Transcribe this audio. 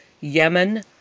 Yemen